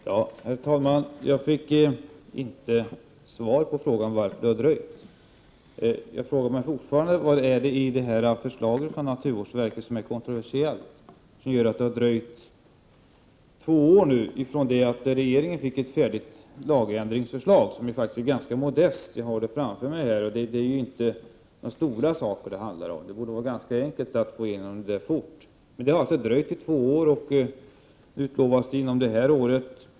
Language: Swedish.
Herr talman! Jag fick inte svar på frågan varför det har dröjt. Jag frågar mig fortfarande vad det är i förslaget från naturvårdsverket som är kontroversiellt och som gör att det har dröjt två år från det att regeringen fick ett färdigt förslag till lagändring, som faktiskt är ganska modest. Jag har förslaget framför mig här. Det handlar inte om några stora saker, utan det borde vara ganska enkelt att snabbt få igenom det. Men det har alltså dröjt två år. Nu utlovas en ändring detta år.